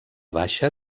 baixa